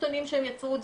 סרטונים שהם יצרו,